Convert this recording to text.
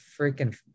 freaking